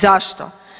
Zašto?